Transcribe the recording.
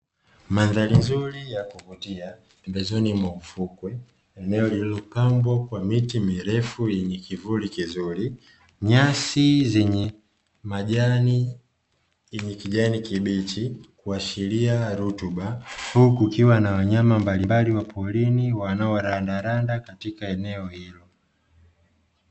Mandhari nzuri ya kuvutia pembezoni mwa ufukwe, eneo lililo pambwa kwa miti mirefu yenye kivuli kizuri, nyasi zenye majani yenye kijani kibichi kuashiria rutuba, huku kukiwa na wanyama mbalimbali wa porini wanaorandaranda katika eneo hilo.